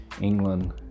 England